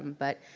but.